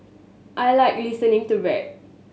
I like listening to rap